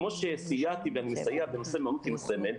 כמו שסייעתי ואני אסייע בנושא המעונות עם הסמל,